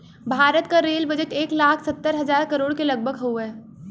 भारत क rail budget एक लाख सत्तर हज़ार करोड़ के लगभग हउवे